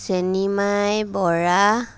Senimai Bora